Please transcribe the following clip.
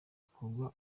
bikorwa